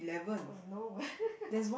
oh no